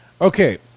Okay